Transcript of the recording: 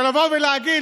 זה לבוא להגיד,